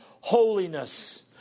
holiness